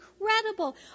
incredible